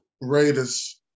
Raiders